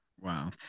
Wow